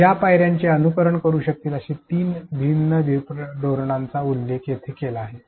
या पायऱ्यांचे अनुसरण करू शकतील अशा तीन भिन्न धोरणांचा उल्लेख येथे केला आहे